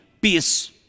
peace